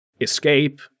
escape